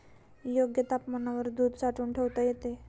योग्य तापमानावर दूध साठवून ठेवता येते